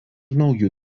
naujų